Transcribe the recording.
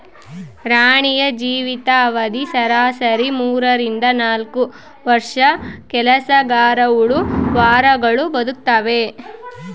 ರಾಣಿಯ ಜೀವಿತ ಅವಧಿ ಸರಾಸರಿ ಮೂರರಿಂದ ನಾಲ್ಕು ವರ್ಷ ಕೆಲಸಗರಹುಳು ವಾರಗಳು ಬದುಕ್ತಾವೆ